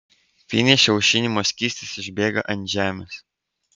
finiše aušinimo skystis išbėga ant žemės